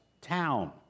town